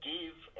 Give